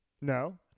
No